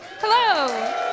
Hello